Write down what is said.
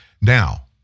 Now